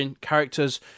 characters